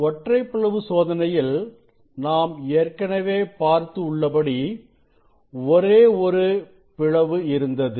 ஒற்றைப் பிளவு சோதனையில் நாம் ஏற்கனவே பார்த்து உள்ளபடி ஒரே ஒரு பிளவு இருந்தது